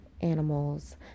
animals